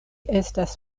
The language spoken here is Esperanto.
estas